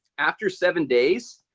after seven days,